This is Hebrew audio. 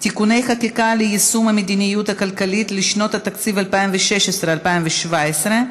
(תיקוני חקיקה ליישום המדיניות הכלכלית לשנות התקציב 2016 ו-2017),